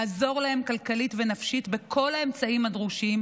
לעזור להם כלכלית ונפשית בכל האמצעים הדרושים